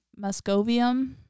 muscovium